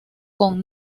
con